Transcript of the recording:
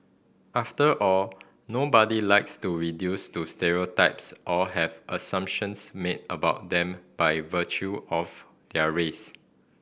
after all nobody likes to reduced to stereotypes or have assumptions made about them by virtue of their race